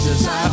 Jesus